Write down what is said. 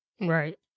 Right